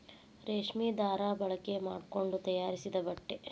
ರೇಶ್ಮಿ ದಾರಾ ಬಳಕೆ ಮಾಡಕೊಂಡ ತಯಾರಿಸಿದ ಬಟ್ಟೆ